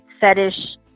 Fetish